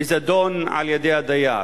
בזדון, על-ידי הדייר.